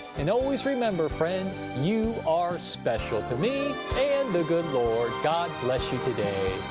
and always remember, friend, you are special to me and the good lord! god bless you today!